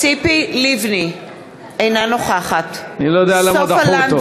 אני לא יודע למה דחו אותו.